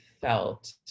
felt